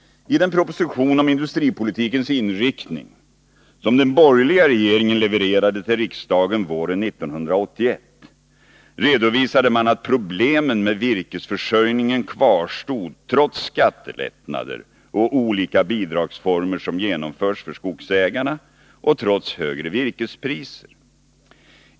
I den proposition om industripolitikens inriktning som den borgerliga regeringen levererade till riksdagen våren 1981 redovisade man att problemen med virkesförsörjningen kvarstod, trots skattelättnader och olika former av bidrag som genomförts för skogsägarna och trots högre virkespriser.